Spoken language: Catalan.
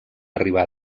arribar